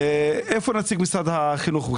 איפה נציג משרד החינוך?